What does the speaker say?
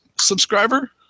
subscriber